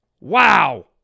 wow